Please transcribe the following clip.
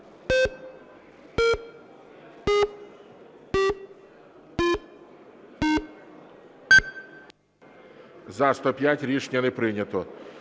За-107 Рішення не прийнято.